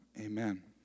Amen